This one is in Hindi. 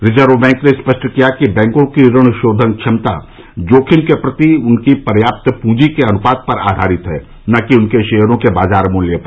रिजर्व बैंक ने स्पष्ट किया कि बैंकों की ऋण शोधन क्षमता जोखिम के प्रति उनकी पर्याप्त पूंजी के अनुपात पर आधारित है न कि उनके शेयरों के बाज़ार मूल्य पर